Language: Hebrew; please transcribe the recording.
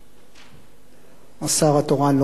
השר התורן לא נמצא, אתה